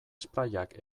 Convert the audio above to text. sprayak